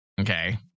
okay